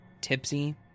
tipsy